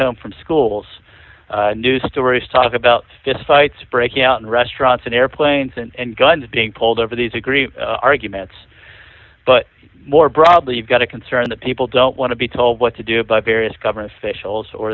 home from schools news stories talk about fist fights breaking out in restaurants and airplanes and guns being pulled over these agree arguments but more broadly you've got a concern that people don't want to be told what to do by